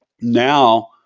Now